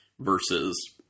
versus